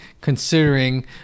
considering